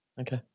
Okay